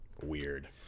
Weird